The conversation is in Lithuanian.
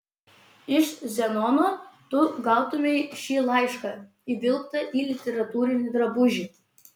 iš zenono tu gautumei šį laišką įvilktą į literatūrinį drabužį